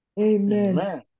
amen